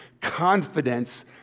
confidence